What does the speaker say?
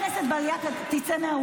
חבר הכנסת בליאק, קריאה שנייה.